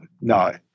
no